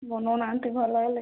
ବନାଉନାହାନ୍ତି ଭଲ ହେଲେ